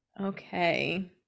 Okay